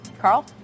Carl